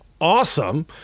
awesome